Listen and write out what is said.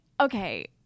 okay